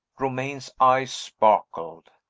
romayne's eyes sparkled.